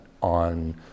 on